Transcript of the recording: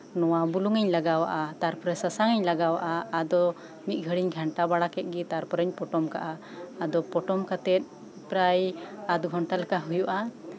ᱱᱚᱶᱟ ᱵᱩᱞᱩᱝᱤᱧ ᱞᱟᱜᱟᱣᱟᱜᱼᱟ ᱛᱟᱨᱯᱚᱨᱮ ᱥᱟᱥᱟᱝᱤᱧ ᱞᱟᱜᱟᱣᱟᱜᱼᱟ ᱟᱫᱚ ᱢᱤᱫ ᱜᱷᱟᱲᱤᱡ ᱤᱧ ᱜᱷᱟᱱᱴᱟ ᱵᱟᱲᱟ ᱠᱮᱫ ᱜᱮ ᱛᱟᱨᱯᱚᱨᱮᱧ ᱯᱚᱴᱚᱢ ᱠᱟᱜᱼᱟ ᱟᱫᱚ ᱯᱚᱴᱚᱢ ᱠᱟᱛᱮ ᱯᱨᱟᱭ ᱟᱫᱷ ᱜᱷᱚᱱᱴᱟ ᱞᱮᱠᱟ ᱦᱳᱭᱳᱜᱼᱟ